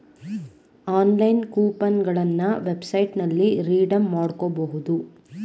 online coupon ಗಳನ್ನ ವೆಬ್ಸೈಟ್ನಲ್ಲಿ redeem ಮಾಡ್ಕೋಬಹುದು